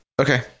Okay